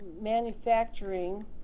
manufacturing